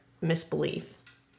misbelief